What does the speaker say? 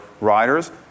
riders